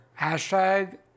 Hashtag